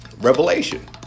Revelation